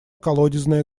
колодезное